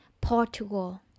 Portugal